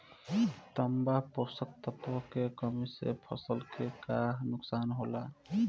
तांबा पोषक तत्व के कमी से फसल के का नुकसान होला?